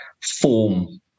form